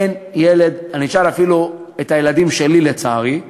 אשאל אפילו את הילדים שלי, לצערי,